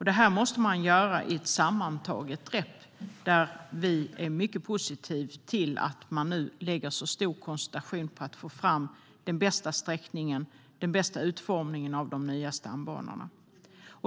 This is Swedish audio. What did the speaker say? Det här måste man göra i ett sammantaget grepp. Vi är mycket positiva till att man nu har så stark koncentration på att få fram den bästa sträckningen och den bästa utformningen av de nya stambanorna.